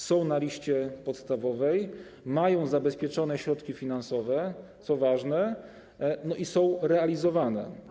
Są one na liście podstawowej, mają zabezpieczone środki finansowe, co ważne, i są realizowane.